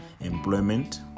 employment